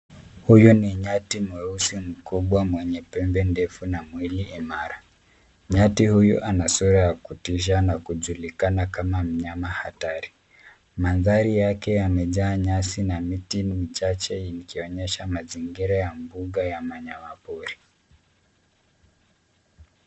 Huyu ni nyati mweusi mkubwa mwenye pembe ndefu na mwili imara. Nyati huyu ana sura ya kutisha na kujulikana kama mnyama hatari. Maandhari yake yamejaa nyasi na miti michache ikionyesha mazingira ya mbuga ya wanyama pori.